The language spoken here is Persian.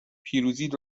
پیروزیت